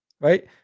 right